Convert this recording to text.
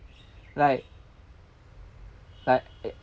like like i~